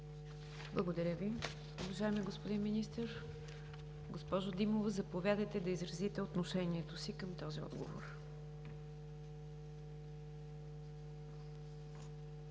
Благодаря Ви, уважаеми господин Министър. Госпожо Димова, заповядайте да изразите отношението си към този отговор.